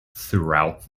throughout